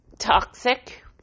toxic